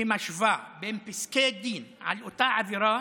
שמשווה בין פסקי דין על אותה עבירה